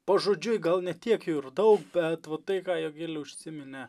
pažodžiui gal ne tiek jau ir daug bet tai ką jogilė užsiminė